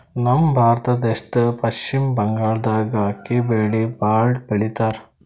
ನಮ್ ಭಾರತ ದೇಶದ್ದ್ ಪಶ್ಚಿಮ್ ಬಂಗಾಳ್ದಾಗ್ ಅಕ್ಕಿ ಬೆಳಿ ಭಾಳ್ ಬೆಳಿತಾರ್